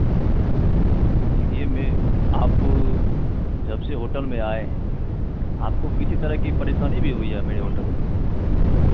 देखिए मैं आप जब से होटल में आए हैं आपको किसी तरह की परेशानी भी हुई है मेरे होटल में